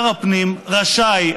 שר הפנים רשאי,